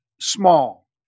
small